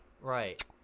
Right